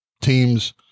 teams